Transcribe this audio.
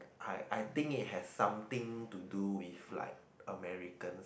I I think it has something to do with like Americans